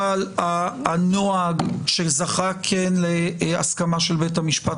-- אבל הנוהג שזכה כן להסכמה של בית המשפט